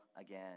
again